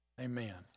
Amen